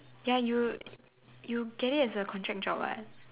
ya you you get it as a contract job [what]